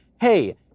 hey